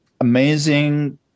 amazing